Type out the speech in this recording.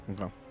Okay